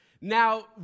Now